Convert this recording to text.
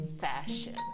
fashion